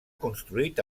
construït